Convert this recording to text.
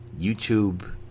YouTube